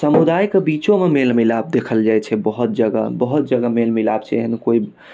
समुदाय कऽ बीचो मऽ मेल मिलाप देखल जाइ छै बहुत बहुत जगह मेल मिलाप छै एहन कोइ